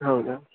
ಹೌದಾ